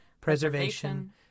preservation